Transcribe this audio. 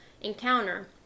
encounter